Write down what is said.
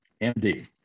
MD